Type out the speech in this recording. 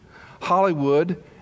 Hollywood